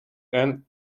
and